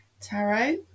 Tarot